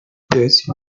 пять